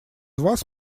вас